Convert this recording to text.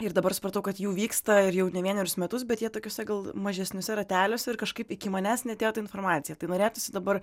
ir dabar supratau kad jų vyksta ir jau ne vienerius metus bet jie tokiuose gal mažesniuose rateliuose ir kažkaip iki manęs neatėjo ta informacija tai norėtųsi dabar